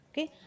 Okay